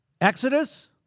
Exodus